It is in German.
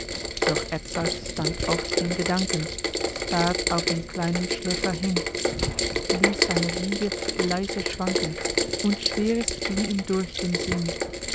doch edzard stand oft in gedanken starrt auf den kleinen schläfer hin ließ seine wiege leise schwanken und schweres ging ihm durch den sinn